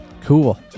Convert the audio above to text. Cool